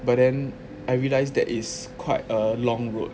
but then I realized that it's quite a long road